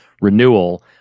renewal